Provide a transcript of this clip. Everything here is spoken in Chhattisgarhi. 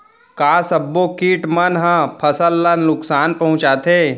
का सब्बो किट मन ह फसल ला नुकसान पहुंचाथे?